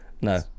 No